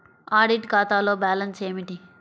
Audit ఖాతాలో balance ఏమిటీ?